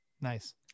nice